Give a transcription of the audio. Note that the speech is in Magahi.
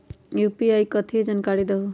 यू.पी.आई कथी है? जानकारी दहु